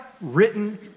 written